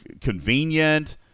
convenient